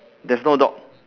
there's no dog